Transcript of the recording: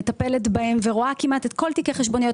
מטפלת בהם ורואה כמעט את כל תיקי החשבוניות